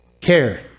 care